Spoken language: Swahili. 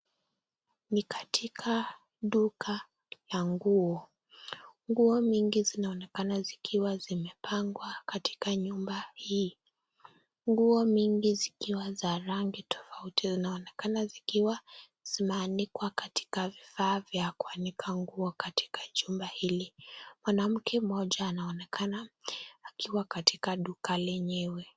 Ni katika duka la nguo, Nguo mingi zinaonekana zikiwa zimepangwa katika nyumba hii, Nguo mingi zikiwa za rangi tofauti zinaonekana sikiwa zimeanikwa katika vifaa vya kuanika nguo katika chumba hili, Mwanamke moja anaonekana akiwa katika duka lenyewe.